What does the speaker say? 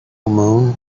moon